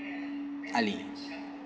ali